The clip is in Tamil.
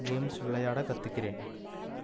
கேம்ஸ் விளையாட கற்றுக்கிறேன்